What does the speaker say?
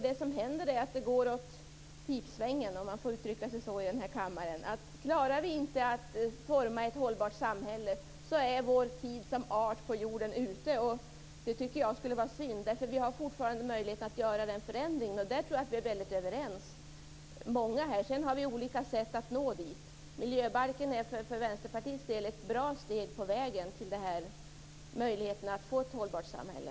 Det som händer är att det går åt pipsvängen, om man får uttrycka sig så i denna kammare. Klarar vi inte att forma ett hållbart samhälle är vår tid som art på jorden ute. Det tycker jag skulle vara synd. Vi har fortfarande möjlighet att göra den förändringen. Om det tror jag att många här är väldigt överens. Sedan har vi olika sätt att nå dit. Miljöbalken är för Vänsterpartiets del ett bra steg på vägen mot ett hållbart samhälle.